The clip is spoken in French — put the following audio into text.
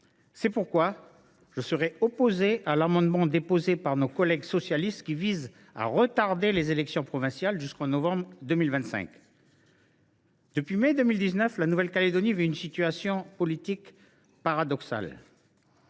C’est pourquoi je serai opposé à l’amendement déposé par nos collègues socialistes, qui vise à reporter les élections provinciales jusqu’en novembre 2025. Depuis mai 2019, la Nouvelle Calédonie vit une situation politique paradoxale.